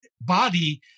body